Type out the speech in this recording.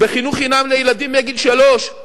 בחינוך חינם לילדים מגיל שלוש,